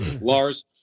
Lars